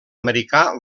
americà